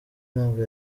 ntabwo